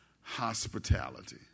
hospitality